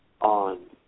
on